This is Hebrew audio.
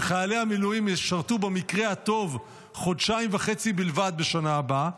שחיילי המילואים ישרתו במקרה הטוב חודשיים וחצי בלבד בשנה הבאה,